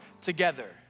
together